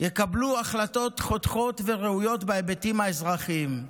יקבלו החלטות חותכות וראויות בהיבטים האזרחיים.